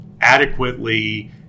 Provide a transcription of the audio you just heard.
adequately